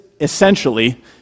essentially